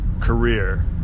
career